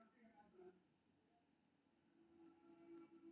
retail bank लोग कें विशेषज्ञ सलाह, वित्तीय सेवा आ उत्पाद प्रदान करै छै